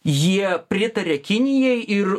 jie pritaria kinijai ir